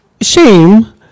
Shame